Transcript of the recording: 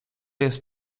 jest